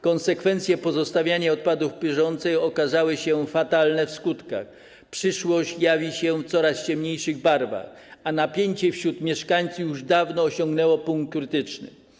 Konsekwencje pozostawiania odpadów w Pyszącej okazały się fatalne w skutkach, przyszłość jawi się w coraz ciemniejszych barwach, a napięcie wśród mieszkańców już dawno osiągnęło punkt krytyczny.